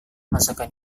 masakan